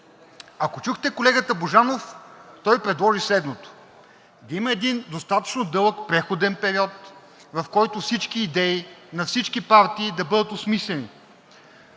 Ако чухте колегата Божанов, той предложи следното: да има един достатъчно дълъг преходен период, в който всички идеи на всички партии да бъдат осмислени,